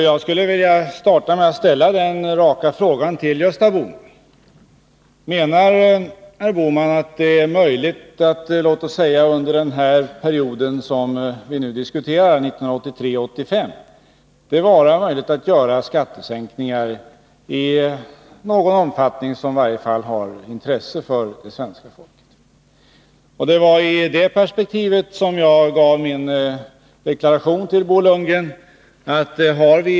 Jag skall börja med att rikta en rak fråga till Gösta Bohman: Menar herr Bohman att det är möjligt att under den period som vi nu diskuterar, 1983-1985, genomföra skattesänkningar av en omfattning som i varje fall är av intresse för det svenska folket? Det var i det perspektivet jag avgav min deklaration till Bo Lundgren.